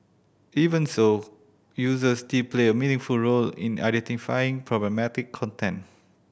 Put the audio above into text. even so users still play a meaningful role in identifying problematic content